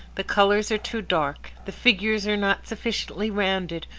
the colours are too dark, the figures are not sufficiently rounded,